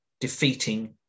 defeating